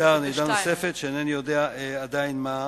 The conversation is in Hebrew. היתה רעידה נוספת, שאינני יודע עדיין מה עוצמתה.